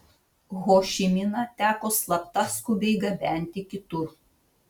ho ši miną teko slapta skubiai gabenti kitur